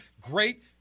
great